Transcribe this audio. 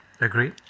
Agree